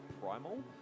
primal